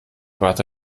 warte